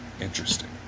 interesting